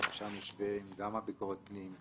ששם יושבים גם ביקורת פנים,